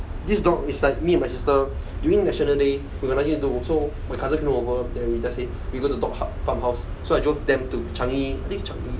this dog it's like me and my sister during national day we got nothing to do so my cousin came over so we just say we go the dog hou~ farmhouse so I drove them to changi I think changi